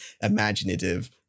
imaginative